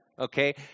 okay